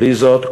בלי זאת,